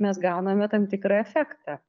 mes gauname tam tikrą efektą